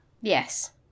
Yes